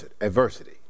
adversity